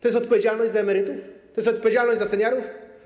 To jest odpowiedzialność za emerytów, to jest odpowiedzialność za seniorów?